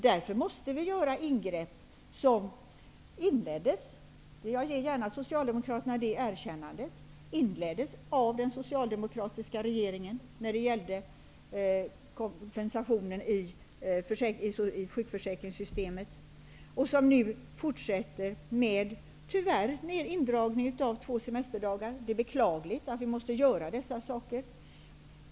Därför måste vi göra ingrepp, och den politiken inleddes av den socialdemokratiska regeringen - jag ger gärna Socialdemokraterna det erkännandet - med ändringarna av kompensationen i sjukförsäkringssystemet och fortsätter nu med indragningen av två semesterdagar. Det är beklagligt att vi måste göra dessa saker.